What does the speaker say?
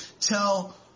tell